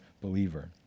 believer